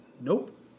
nope